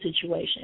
situation